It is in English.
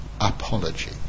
apology